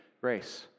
Grace